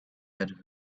had